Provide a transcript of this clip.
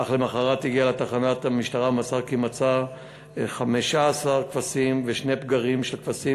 אך למחרת הגיע לתחנת המשטרה ומסר כי מצא 15 כבשים ושני פגרים של כבשים,